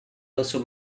also